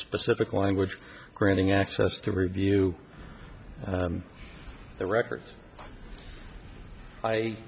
specific language granting access to review the records i